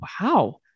wow